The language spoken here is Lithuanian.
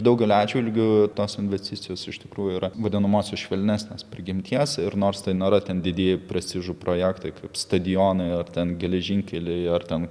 daugeliu atžvilgių tos investicijos iš tikrųjų yra vadinamosios švelnesnės prigimties ir nors tai nėra ten didieji prestižo projektai kaip stadionai ar ten geležinkeliai ar ten